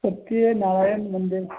ستیہ نارائن مندر